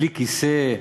בלי כיסא,